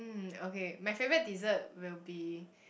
mm okay my favourite dessert will be